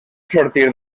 sortir